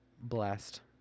blessed